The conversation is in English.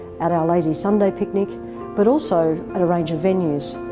at our lazy sunday picnic but also at a range of venues,